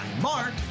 Mark